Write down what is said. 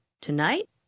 Tonight